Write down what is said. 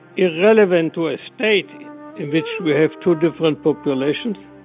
irrelevant to a state in which we have two different populations,